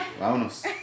Vámonos